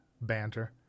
banter